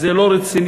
זה לא רציני,